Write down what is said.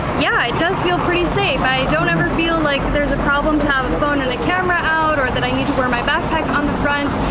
yeah, it does feel pretty safe. i don't ever feel like there's a problem to have a phone and a camera out or that i need to wear my backpack on the front.